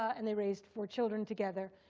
and they raised four children together.